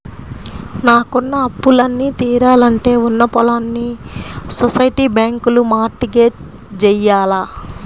నాకున్న అప్పులన్నీ తీరాలంటే ఉన్న పొలాల్ని సొసైటీ బ్యాంకులో మార్ట్ గేజ్ జెయ్యాల